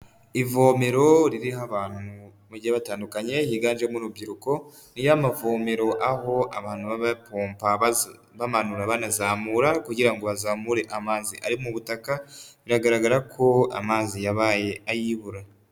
Ivomero ririho abantu bagiye batandukanye, higanjemo urubyiruko, ni y'amavomero aho abantu baba bapompa bamanura banazamura, kugira ngo bazamure amazi ari mu butaka biragaragara ko amazi yabaye ayibura.